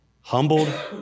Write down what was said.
Humbled